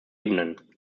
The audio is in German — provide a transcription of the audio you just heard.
ebenen